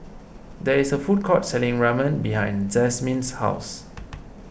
there is a food court selling Ramen behind Jazmin's house